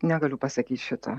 negaliu pasakyt šito